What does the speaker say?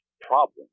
problem